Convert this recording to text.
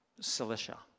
Cilicia